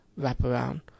wraparound